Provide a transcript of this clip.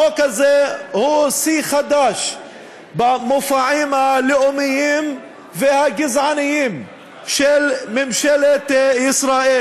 החוק הזה הוא שיא חדש במופעים הלאומיים והגזעניים של ממשלת ישראל,